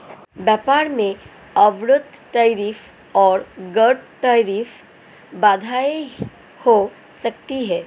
व्यापार में अवरोध टैरिफ और गैर टैरिफ बाधाएं हो सकती हैं